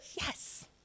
Yes